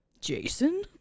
Jason